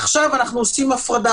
עכשיו אנחנו עושים הפרדה.